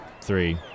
three